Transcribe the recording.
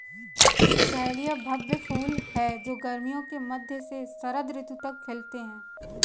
dahlia भव्य फूल हैं जो गर्मियों के मध्य से शरद ऋतु तक खिलते हैं